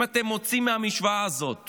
אם אתם מוציאים מהמשוואה הזאת